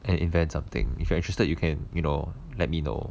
and invent something if you are interested you can you know let me know